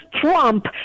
Trump